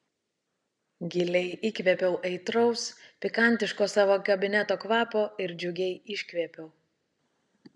giliai įkvėpiau aitraus pikantiško savo kabineto kvapo ir džiugiai iškvėpiau